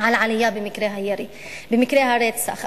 על עלייה במקרי הירי, במקרי הרצח.